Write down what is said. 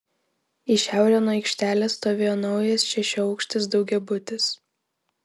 į šiaurę nuo aikštelės stovėjo naujas šešiaaukštis daugiabutis